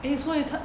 eh so you tell